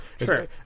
Sure